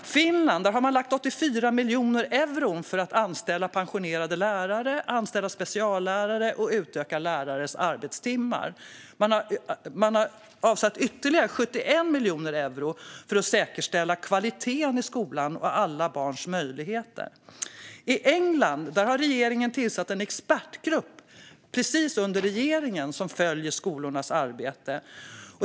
I Finland har man lagt 84 miljoner euro för att anställa pensionerade lärare, anställa speciallärare och utöka lärares arbetstimmar. Man har avsatt ytterligare 71 miljoner euro för att säkerställa kvaliteten i skolan och alla barns möjligheter. I England har regeringen tillsatt en expertgrupp precis under regeringen som följer skolornas arbete.